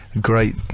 great